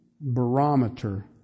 barometer